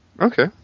Okay